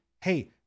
hey